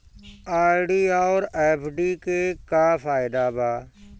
RD आउर FD के का फायदा बा?